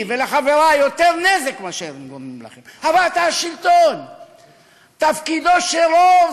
אבל תשמע אותו